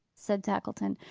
said tackleton.